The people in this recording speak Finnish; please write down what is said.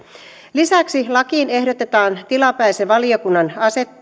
lisäksi lakiin ehdotetaan tilapäisen valiokunnan